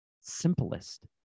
simplest